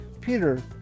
Peter